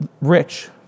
rich